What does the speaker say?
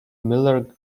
miller